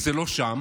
כי זה לא שם.